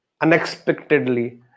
unexpectedly